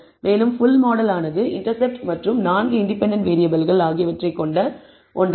மேலும் full model ஆனது intercept மற்றும் நான்கு இண்டிபெண்டன்ட் வேறியபிள்கள் ஆகியவற்றைக் கொண்ட ஒன்றாகும்